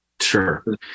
sure